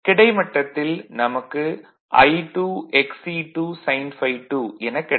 கிடைமட்டத்தில் நமக்கு I2 X e2 sin ∅2 எனக் கிடைக்கும்